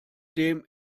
dem